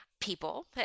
people